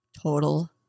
Total